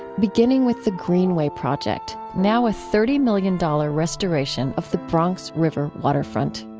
beginning with the greenway project, now a thirty million dollars restoration of the bronx river waterfront